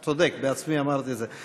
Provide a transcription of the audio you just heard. צודק, בעצמי אמרתי את זה.